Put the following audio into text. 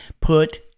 Put